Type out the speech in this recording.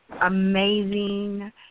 amazing